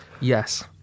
Yes